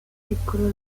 piccolo